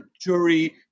jury